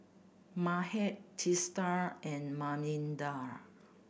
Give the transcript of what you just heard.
Mahade Teesta and Manindra